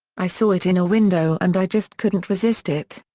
i saw it in a window and i just couldn't resist it.